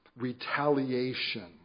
retaliation